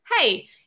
hey